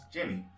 Jimmy